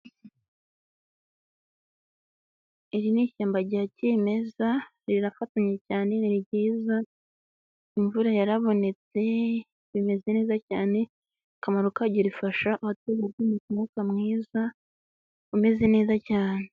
Iri ni ishyamba rya kimeza rirafatanye cyane ni ryiza, imvura yarabonetse rimeze neza cyane, akamaro karyo rifasha abaturage kwinjiza umwuka mwiza umeze neza cyane.